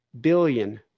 billion